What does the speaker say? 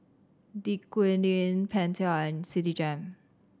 Dequadin Pentel and Citigem